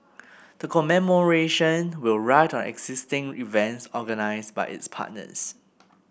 the commemoration will ride on existing events organised by its partners